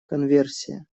конверсия